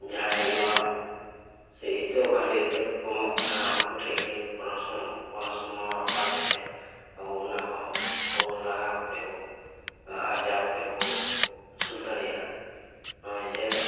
ᱡᱟᱦᱟᱸᱭ ᱱᱚᱣᱟ ᱥᱮ ᱤᱛᱟᱹ ᱵᱷᱟᱞᱮ ᱤᱛᱟᱹ ᱠᱚᱠᱚ ᱮᱢᱚᱜ ᱠᱟᱱᱟ ᱩᱝᱠᱩ ᱴᱷᱮᱱ ᱜᱮ ᱯᱚᱨᱚᱥᱢᱚᱱ ᱯᱚᱨᱚᱥᱢᱚᱛ ᱦᱟᱛᱟᱣ ᱠᱟᱛᱮᱫ ᱟᱵᱚ ᱚᱱᱟ ᱠᱚᱦᱚᱸ ᱯᱷᱚᱞᱚᱱ ᱞᱟᱜᱟᱣ ᱠᱟᱛᱮᱜ ᱵᱚ ᱦᱚᱸ ᱟᱨᱡᱟᱣ ᱠᱟᱛᱮᱜ ᱵᱚ ᱟᱹᱥᱩᱞ ᱫᱟᱲᱮᱭᱟᱜᱼᱟ ᱱᱚᱜᱼᱚᱭ ᱡᱮ